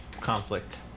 conflict